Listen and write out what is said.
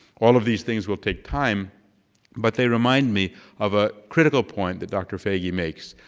all of these things will take time but they remind me of a critical point that dr. foege makes.